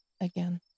again